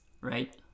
Right